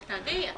אבל זה טרי.